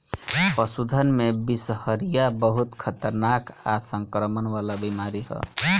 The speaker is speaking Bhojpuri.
पशुधन में बिषहरिया बहुत खतरनाक आ संक्रमण वाला बीमारी ह